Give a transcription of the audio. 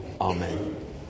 Amen